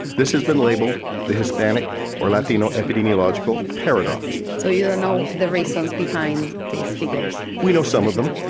this has been labelled the hispanic or latino epidemiological paradox. so you don't know the reasons behind these figures? we know some of them.